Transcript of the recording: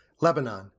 Lebanon